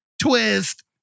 Twist